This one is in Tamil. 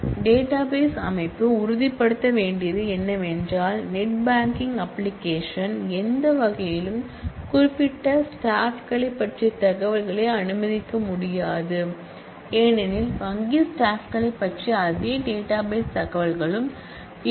டேட்டாபேஸ் அமைப்பு உறுதிப்படுத்த வேண்டியது என்னவென்றால் நெட் பாங்கிங் அப்பிளிகேஷன் எந்த வகையிலும் குறிப்பிட்ட ஸ்டாப்களைப் பற்றிய தகவல்களை அணுக முடியாது ஏனெனில் வங்கி ஸ்டாப்களைப் பற்றிய அதே டேட்டாபேஸ் தகவல்களும் இருக்கும்